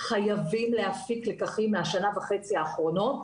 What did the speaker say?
חייבים להפיק לקחים מהשנה וחצי האחרונות,